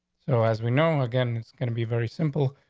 so as we know again, it's going to be very simple.